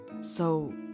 So